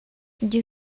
you